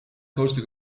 grootste